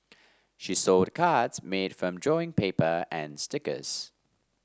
she sold cards made from drawing paper and stickers